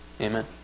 Amen